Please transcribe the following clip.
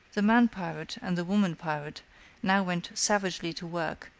the man pirate and the woman pirate now went savagely to work,